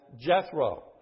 Jethro